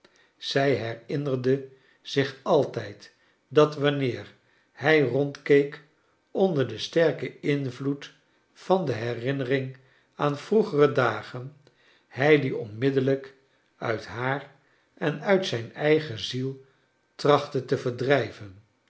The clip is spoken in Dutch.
zij herinnerde zich altijd dat wanneer hij rondkeek onder den sterken invloed van de herinnering aan vroegere dagen hij die onmiddellijk uit haar en uit zijn eigen ziel trachtte te verdrijven